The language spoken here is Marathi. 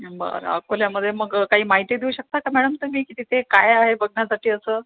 बरं अकोल्यामध्ये मग काही माहिती देऊ शकता का मॅडम तुम्ही कि तिथे काय आहे बघण्यासाठी असं